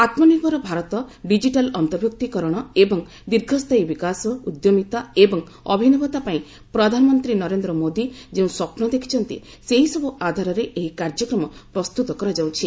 ଆତ୍ମନିର୍ଭର Bharat digital ଅନ୍ତର୍ଭୁକ୍ତୀକରଣ ଏବଂ ଦୀର୍ଘସ୍ଥାୟୀ ବିକାଶ ଉଦ୍ୟମିତା ଏବଂ ଅଭିନବତା ପାଇଁ ପ୍ରଧାନମନ୍ତ୍ରୀ ନରେନ୍ଦ୍ର ମୋଦି ଯେଉଁ ସ୍ୱପ୍ନ ଦେଖିଛନ୍ତି ସେହିସବୁ ଆଧାରରେ ଏହି କାର୍ଯ୍ୟକ୍ରମ ପ୍ରସ୍ତୁତ କରାଯାଉଛି